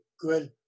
good